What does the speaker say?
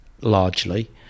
largely